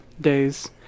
days